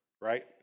right